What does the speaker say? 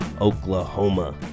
Oklahoma